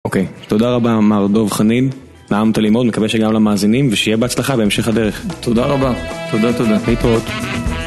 אוקיי, תודה רבה, מר דוב חנין. נעמת לי מאוד, מקווה שגם למאזינים, ושיהיה בהצלחה בהמשך הדרך. תודה רבה, תודה תודה, להתראות.